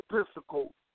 Episcopal